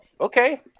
okay